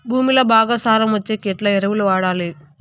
భూమిలో బాగా సారం వచ్చేకి ఎట్లా ఎరువులు వాడాలి?